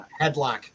Headlock